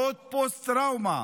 עוד פוסט-טראומה,